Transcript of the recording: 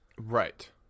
Right